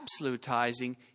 absolutizing